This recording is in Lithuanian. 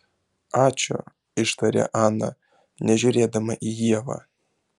ačiū ištarė ana nežiūrėdama į ievą